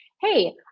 hey